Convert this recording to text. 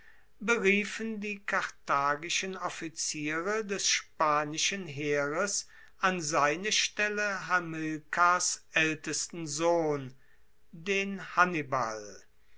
beriefen die karthagischen offiziere des spanischen heeres an seine stelle hamilkars aeltesten sohn den hannibal